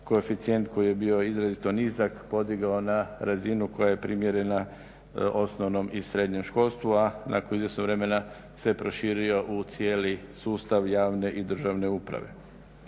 koeficijent koji je bio izrazito nizak podigao na razinu koja je primjerena osnovnom i srednjem školstvu, a nakon izvjesnog vremena se proširio u cijeli sustav javne i državne uprave.